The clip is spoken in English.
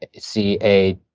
ah c, a,